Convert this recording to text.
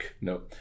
no